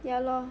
ya lor